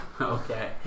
Okay